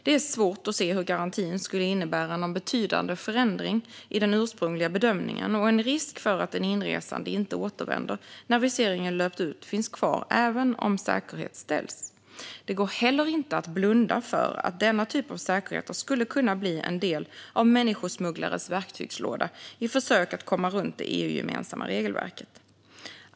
Det är svårt att se hur garantin skulle innebära någon betydande förändring i den ursprungliga bedömningen, och en risk för att den inresande inte återvänder när viseringen har löpt ut finns kvar även om säkerhet ställs. Det går heller inte att blunda för att denna typ av säkerheter skulle kunna bli en del av människosmugglares verktygslåda i försök att komma runt det EU-gemensamma regelverket.